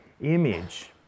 image